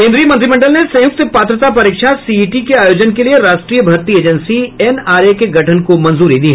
केन्द्रीय मंत्रिमंडल ने संयुक्त पात्रता परीक्षा सीईटी के आयोजन के लिए राष्ट्रीय भर्ती एजेंसी एनआरए के गठन को मंजूरी दी